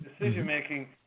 decision-making